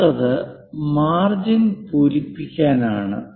അടുത്തത് മാർജിൻ പൂരിപ്പിക്കൽ ആണ്